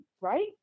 right